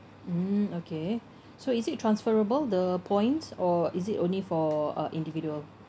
mm okay so is it transferable the points or is it only for uh individual